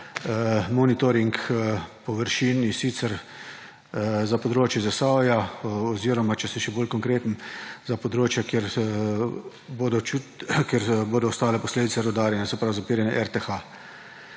monitoring površin, in sicer za območje Zasavja oziroma če sem še bolj konkreten za območje, kjer bodo ostale posledice rudarjenja; se pravi, zapiranje RTH.